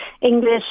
English